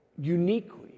Uniquely